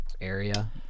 area